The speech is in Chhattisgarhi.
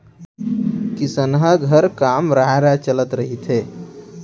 किसनहा घर काम राँय राँय चलत रहिथे